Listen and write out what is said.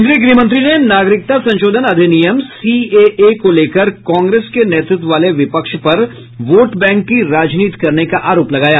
केन्द्रीय गृहमंत्री ने नागरिकता संशोधन अधिनियम सीएए को लेकर कांग्रेस के नेतृत्व वाले विपक्ष पर वोट बैंक की राजनीति करने का आरोप लगाया